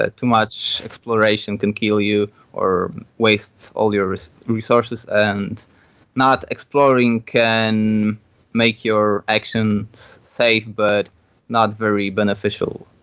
that too much exploration can kill you or waste all your resources, and not exploring can make your actions safe but not very beneficial,